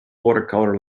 watercolour